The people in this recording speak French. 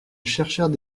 cherchèrent